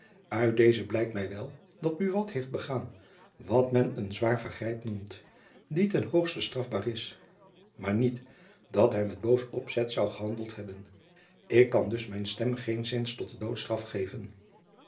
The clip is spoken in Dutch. uit deze blijkt my wel dat buat heeft begaan wat men lata culpa noemt die ten hoogste strafbaar is maar niet dat hy met boos opzet jacob van lennep elizabeth musch hebben ik kan dus mijn stem geenszins tot de doodstraf geven